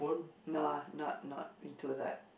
no not not into that